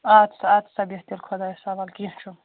آد سا اد سا بیٚہِ تیٚلہِ خۄدایَس حوالہٕ کیٚنٛہہ چھُنہٕ